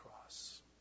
cross